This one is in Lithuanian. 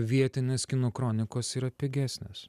vietinės kino kronikos yra pigesnės